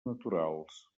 naturals